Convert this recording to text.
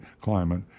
climate